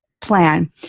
plan